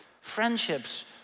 friendships